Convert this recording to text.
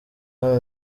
nkawe